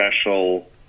special